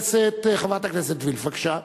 חברת הכנסת וילף, בבקשה,